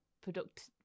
product